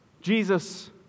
Jesus